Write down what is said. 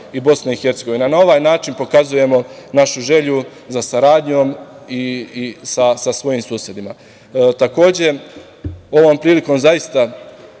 i Bosne i Hercegovine. Na ovaj način pokazujemo našu želju za saradnjom sa svojim susedima. Takođe, ovom prilikom zaista,